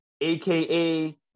aka